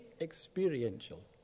experiential